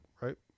right